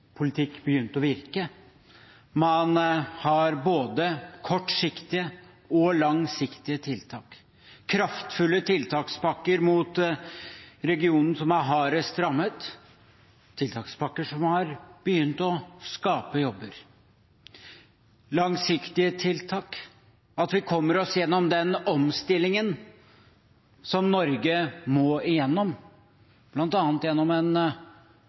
politikk begynt å virke. Man har både kortsiktige og langsiktige tiltak: kraftfulle tiltakspakker mot regionen som er hardest rammet, tiltakspakker som har begynt å skape jobber, og – langsiktige tiltak – at vi kommer oss gjennom den omstillingen som Norge må igjennom, bl.a. gjennom en